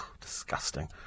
disgusting